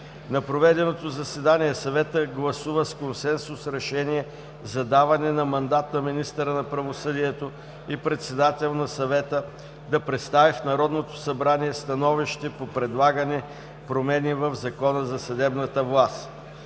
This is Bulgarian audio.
На проведеното заседание Съветът гласува с консенсус решение за даване на мандат на министъра на правосъдието и председател на Съвета да представи в Народното събрание становище по предлагани промени в Закона за съдебната власт.